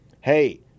hey